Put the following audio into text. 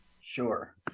Sure